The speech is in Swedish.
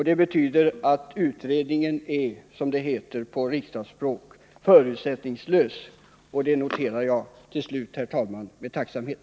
Det betyder att utredningen är, som det heter på riksdagsspråk, förutsättningslös. Det noterar jag till slut, herr talman, med tacksamhet.